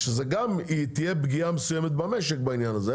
תהיה פגיעה מסוימת במשק בעניין הזה,